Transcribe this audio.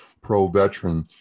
pro-veteran